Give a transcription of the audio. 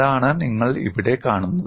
അതാണ് നിങ്ങൾ ഇവിടെ കാണുന്നത്